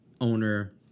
owner